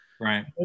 right